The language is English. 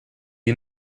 you